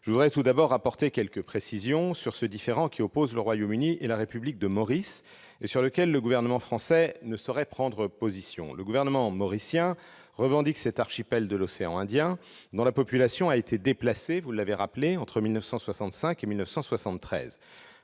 Je voudrais tout d'abord apporter quelques précisions sur ce différend qui oppose le Royaume-Uni et la République de Maurice, différend sur lequel le gouvernement français ne saurait prendre position. Le gouvernement mauricien revendique cet archipel de l'océan Indien, dont la population a été déplacée entre 1965 et 1973.